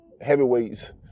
heavyweights